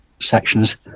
sections